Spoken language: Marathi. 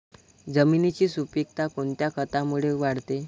जमिनीची सुपिकता कोणत्या खतामुळे वाढते?